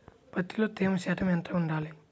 పత్తిలో తేమ శాతం ఎంత ఉండాలి?